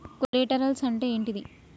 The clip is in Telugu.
కొలేటరల్స్ అంటే ఏంటిది?